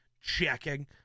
checking